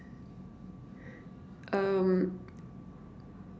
um